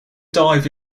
dive